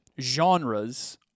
genres